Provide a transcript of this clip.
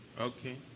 Okay